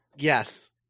Yes